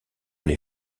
les